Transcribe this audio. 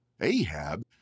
Ahab